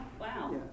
wow